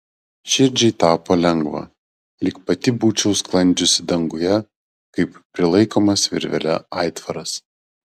širdžiai tapo lengva lyg pati būčiau sklandžiusi danguje kaip prilaikomas virvele aitvaras